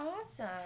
awesome